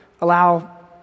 allow